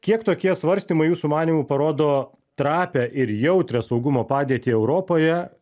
kiek tokie svarstymai jūsų manymu parodo trapią ir jautrią saugumo padėtį europoje